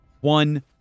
one